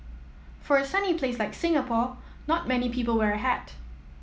for a sunny place like Singapore not many people wear a hat